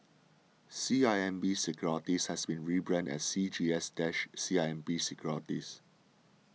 C I M B Securities has been rebranded as C G S dash C I M B Securities